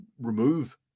remove